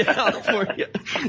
California